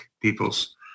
peoples